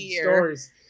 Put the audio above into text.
stories